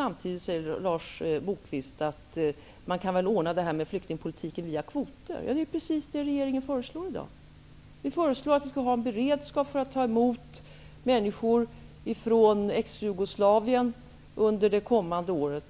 Samtidigt säger Lars Moquist att det går väl att ordna flyktingpolitiken via kvoter. Det är precis det regeringen föreslår i dag. Vi föreslår att det, om det behövs, skall finnas en beredskap för att ta emot människor från Exjugoslavien under det kommande året.